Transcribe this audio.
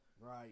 Right